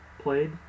played